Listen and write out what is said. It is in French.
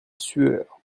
sueur